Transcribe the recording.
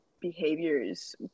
behaviors